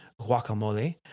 guacamole